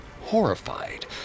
horrified